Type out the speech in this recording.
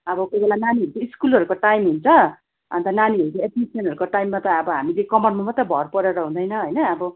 अब कोही बेला नानीहरूको स्कुलहरूको टाइम हुन्छ अन्त नानीहरूको एड्मिसनहरूको टाइममा त अब हामीले कमानमा मात्र भर परेर हुँदैन होइन अब